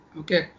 okay